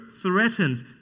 threatens